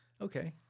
Okay